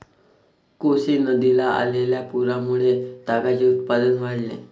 कोसी नदीला आलेल्या पुरामुळे तागाचे उत्पादन वाढले